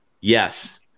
Yes